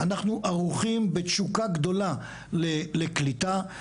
אנחנו ערוכים בתשוקה גדולה לקליטה.